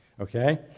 Okay